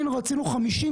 רצינו 50,